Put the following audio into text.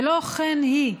ולא כן היא.